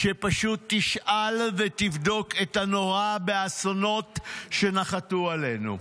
שפשוט תשאל ותבדוק את הנורא באסונות שנחתו עלינו.